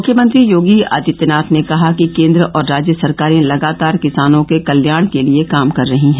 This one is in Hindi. मुख्यमंत्री योगी आदित्यनाथ ने कहा कि केंद्र और राज्य सरकारें लगातार किसानों के कल्याण के लिए काम कर रही हैं